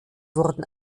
wurden